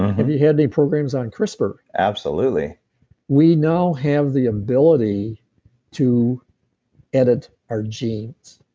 have you had any programs on crispr? absolutely we now have the ability to edit our genes.